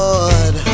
Lord